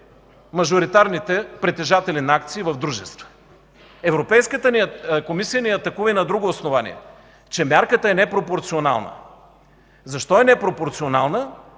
мажоритарните притежатели на акции в дружества? Европейската комисия ни атакува и на друго основание – че мярката е непропорционална. Защо е непропорционална?